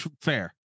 Fair